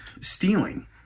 stealing